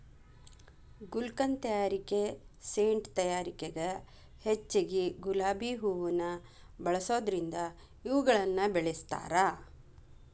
ಗುಲ್ಕನ್ ತಯಾರಿಕೆ ಸೇಂಟ್ ತಯಾರಿಕೆಗ ಹೆಚ್ಚಗಿ ಗುಲಾಬಿ ಹೂವುನ ಬಳಸೋದರಿಂದ ಇವುಗಳನ್ನ ಬೆಳಸ್ತಾರ